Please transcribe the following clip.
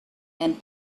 and